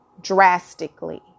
Drastically